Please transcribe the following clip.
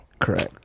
correct